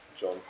John